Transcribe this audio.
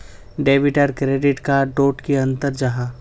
Debit आर credit card डोट की अंतर जाहा?